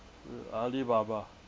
uh alibaba